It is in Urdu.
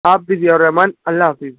آپ بھی ضیاء الرّحمان اللہ حافظ